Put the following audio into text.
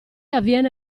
avviene